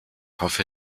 hoffe